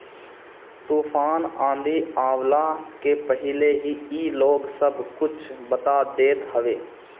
तूफ़ान आंधी आवला के पहिले ही इ लोग सब कुछ बता देत हवे